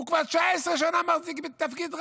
הוא כבר 19 שנה מחזיק בתפקיד רביי,